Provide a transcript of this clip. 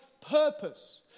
purpose